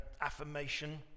affirmation